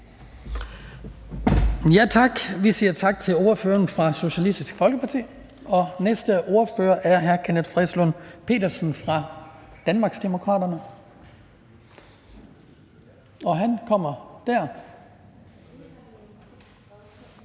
Skibby): Vi siger tak til ordføreren for Socialistisk Folkeparti. Den næste ordfører er hr. Kenneth Fredslund Petersen fra Danmarksdemokraterne, og han kommer der.